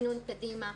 תכנון קדימה,